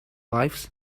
lives